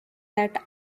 that